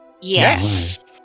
Yes